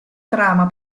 trama